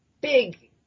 big